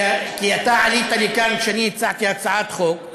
אתה עלית לכאן כשאני הצעתי הצעת חוק,